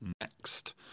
next